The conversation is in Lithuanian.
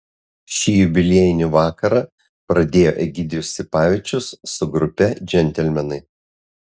šį jubiliejinį vakarą pradėjo egidijus sipavičius su grupe džentelmenai